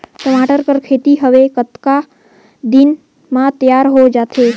टमाटर कर खेती हवे कतका दिन म तियार हो जाथे?